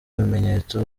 bimenyetso